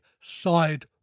side